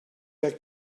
der